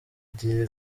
igihe